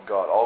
God